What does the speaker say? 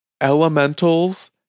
Elementals